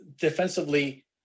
defensively